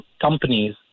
companies